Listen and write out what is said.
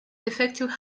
defective